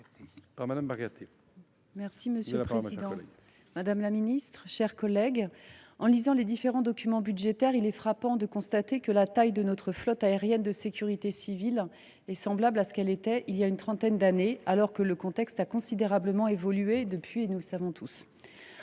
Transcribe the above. : La parole est à Mme Marianne Margaté. lisant les différents documents budgétaires, il est frappant de constater que la taille de notre flotte aérienne de sécurité civile est semblable à ce qu’elle était voilà une trentaine d’années, alors que le contexte a considérablement évolué depuis lors ; nous le savons tous.